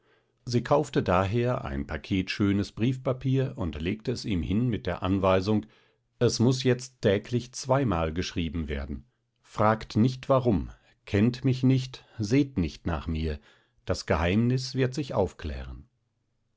sie kaufte daher ein paket schönes briefpapier und legte es ihm hin mit der anweisung es muß jetzt täglich zweimal geschrieben werden fragt nicht warum kennt mich nicht seht nicht nach mir das geheimnis wird sich aufklären